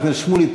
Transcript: חבר הכנסת שמולי,